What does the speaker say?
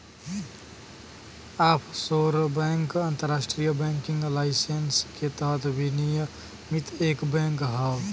offshore bank अंतरराष्ट्रीय banking license के तहत विनियमित एक बैंक हौ